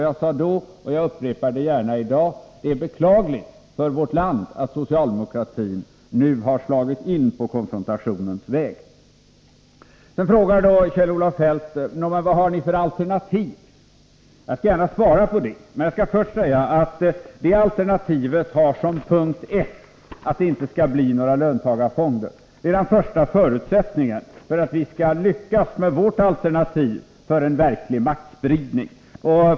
Jag sade då, och jag upprepar det gärna i dag, att det är beklagligt för vårt land att socialdemokratin nu har slagit in på konfrontationens väg. Kjell-Olof Feldt frågar vad vi har för alternativ. Jag skall gärna svara på det. Jag skall emellertid först säga att det alternativet har som första punkt att det inte skall bli löntagarfonder. Det är den första förutsättningen för att vi skall lyckas med vårt alternativ för en verklig maktspridning.